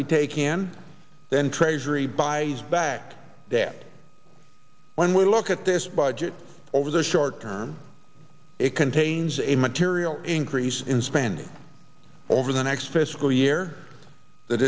we take can then treasury buys back that when we look at this budget over the short term it contains a material increase in spending over the next fiscal year that